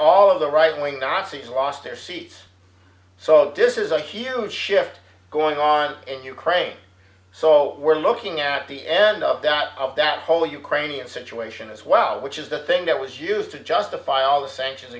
all of the right wing that i see is lost their seats so this is a huge shift going on in ukraine so we're looking at the end of that whole ukrainian situation as well which is the thing that was used to justify all the sanctions